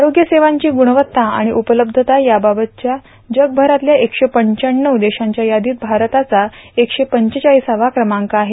आरोग्य सेवांची ग्रणवत्ता आणि उपलब्धता याबाबती जगभरातल्या एकशे पंचाण्णव देशांच्या यादीत भारताचा एकशे पंचेचाळीसावा कमांक आहे